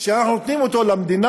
שאנחנו נותנים למדינה,